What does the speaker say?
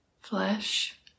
flesh